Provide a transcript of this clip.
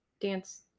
dance